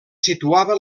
situava